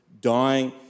dying